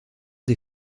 des